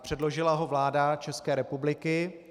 Předložila ho vláda České republiky.